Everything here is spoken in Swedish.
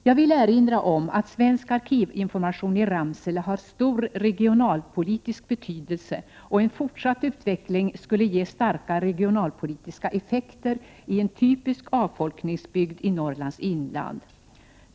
Jag vill erinra om att Svensk arkivinformation i Ramsele har stor regionalpolitisk betydelse och att en fortsatt utveckling skulle ge starka regionalpolitiska effekter i en typisk avfolkningsbygd i Norrlands inland.